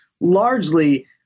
Largely